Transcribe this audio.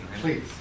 Please